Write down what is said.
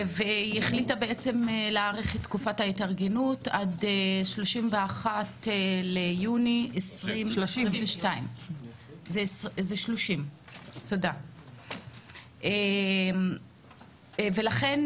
והיא החליטה להאריך את תקופת ההתארגנות עד ל-30 ביוני 2022. לכן,